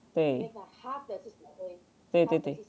对对对对